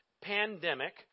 pandemic